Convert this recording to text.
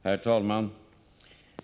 Herr talman!